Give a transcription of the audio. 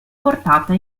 portata